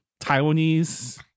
Taiwanese